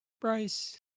Bryce